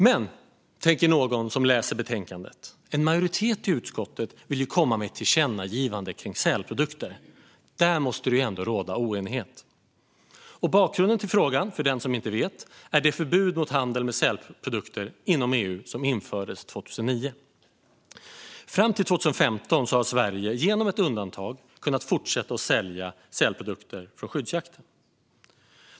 Men, tänker någon som läser betänkandet, en majoritet i utskottet vill ju komma med ett tillkännagivande när det gäller sälprodukter. Där måste det ju ändå råda oenighet. Bakgrunden till frågan, för den som inte vet, är det förbud mot handel med sälprodukter inom EU som infördes 2009. Fram till 2015 kunde Sverige, genom ett undantag, fortsätta att sälja sälprodukter från skyddsjakt.